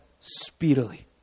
speedily